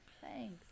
Thanks